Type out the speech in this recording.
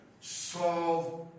Solve